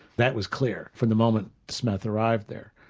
that was clear from the moment smith arrived there.